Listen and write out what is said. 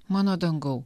mano dangau